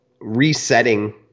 resetting